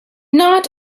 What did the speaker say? not